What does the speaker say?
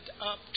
up